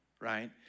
right